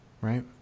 Right